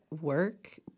work